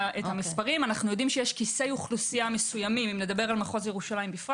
יש כיסי אוכלוסייה מסוימים אם נדבר על מחוז ירושלים בפרט